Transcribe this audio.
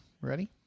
Ready